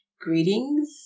greetings